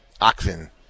oxen